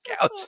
couch